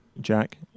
Jack